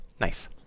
Nice